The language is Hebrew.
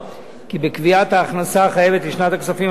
כי בקביעת ההכנסה החייבת לשנות הכספים 2010